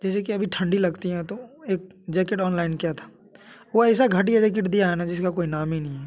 जैसे कि अभी ठंडी लगती हैं तो एक जैकेट ऑनलाइन किया था वो ऐसा घटिया जैकेट दिया है न जिसका कोई नाम ही नहीं है